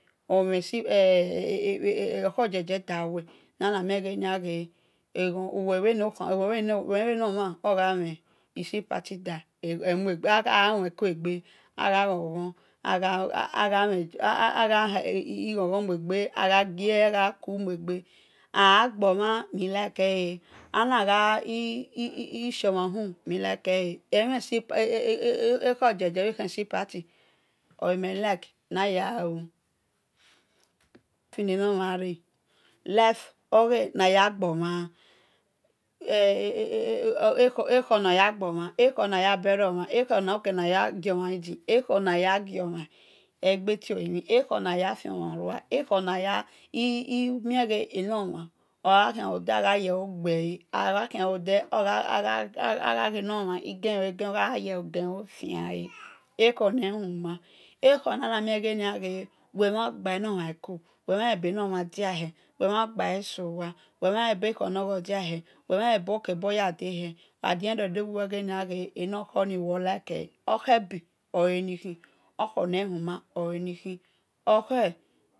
Omhe si e̱ okhor jele daweh nara mhie ghenia ghe weh bhe nor mhan ogha mhen isi party da aghahu mhekoe gbe agha ghon ghon agha gbo-mha mi-like e̱ na gha ekaor isi party oe̱ meh like yaghalu life oghe naya gbomhan ekhor naya gbomhan, ekhor naya gio mha di ekho naya fion mhanrua ekho na yayelo gbomhale ogha yi gelo gelo fiale ekho nehuma nana mieghe weh mhan gba nor mhan ko weh mhanle belomhan diahe weh mhan gbae sowa weh mhaele bor yar day heh at the end of the day wi wel ghania enokhor ni wor like e̱ okhe be̱ oe̱ nikhi okhor ne huma oe̱ ni ki